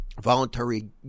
voluntary